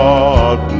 God